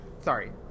Sorry